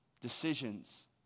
Decisions